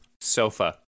Sofa